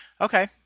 Okay